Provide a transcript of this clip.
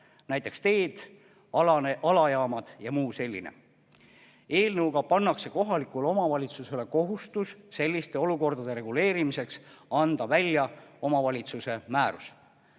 näiteks teed, alajaamad jms. Eelnõuga pannakse kohalikule omavalitsusele kohustus selliste olukordade reguleerimiseks anda välja omavalitsuse määrus.